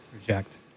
Reject